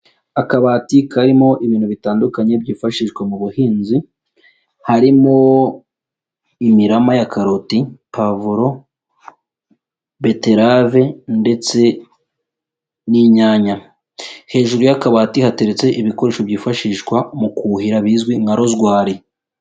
Akabati karimo ibintu bitandukanye byifashishwa mu buhinzi harimo imirama ya karoti, pavuro, beterave ndetse n'inyanya. Hejuru y'akabati hateretse ibikoresho byifashishwa mu kuhira bizwi nka rozwari.